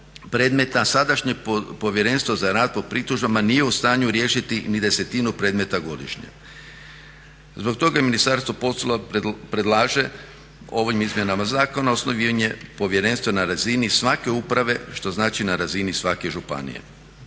sadašnje Povjerenstvo za rad po pritužbama nije u stanju riješiti ni desetinu predmeta godišnje. Zbog toga je ministarstvo predlaže ovim izmjenama zakona osnivanje povjerenstva na razini svake uprave što znači na razini svake županije.